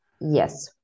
Yes